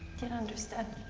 don't understand.